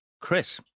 Chris